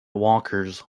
walkers